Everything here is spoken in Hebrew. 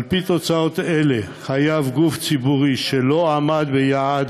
על-פי תוצאות אלה חייב גוף ציבורי שלא עמד ביעד